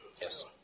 Yes